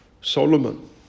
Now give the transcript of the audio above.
Solomon